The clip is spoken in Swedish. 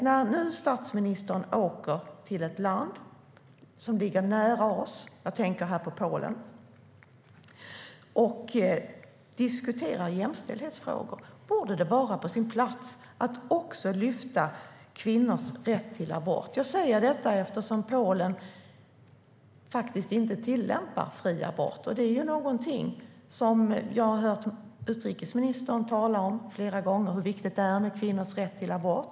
När nu statsministern åker till ett land som ligger nära oss, Polen, och diskuterar jämställdhetsfrågor borde det vara på sin plats att också lyfta fram kvinnors rätt till abort. Jag säger detta eftersom Polen faktiskt inte tillämpar fri abort. Jag har flera gånger hört utrikesministern tala om hur viktigt det är med kvinnors rätt till abort.